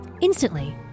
Instantly